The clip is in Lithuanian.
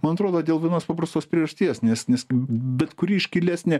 man atrodo dėl vienos paprastos priežasties nes nes bet kuri iškilesnė